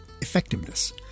effectiveness